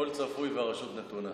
הכול צפוי והרשות נתונה.